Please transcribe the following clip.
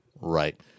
right